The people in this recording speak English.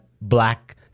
black